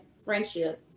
friendship